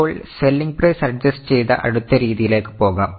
ഇപ്പോൾ selling price adjust ചെയ്ത അടുത്ത രീതിയിലേക്ക് പോകാം